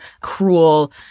cruel